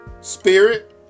spirit